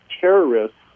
terrorists